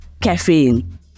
caffeine